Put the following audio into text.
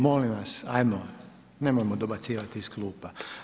Molim vas ajmo nemojmo dobacivati iz klupa.